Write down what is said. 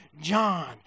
John